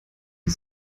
die